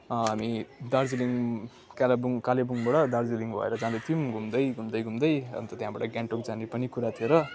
हामी दार्जिलिङ कालेबुङ कालेबुङबाट दार्जिलिङ भएर जाँदैथियौँ घुम्दै घुम्दै घुम्दै अन्त त्यहाँबाट गान्तोक जाने पनि कुरा थियो र